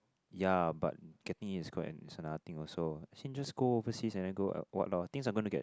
ya but getting is is another thing also since just go overseas and then go uh what lor things are gonna get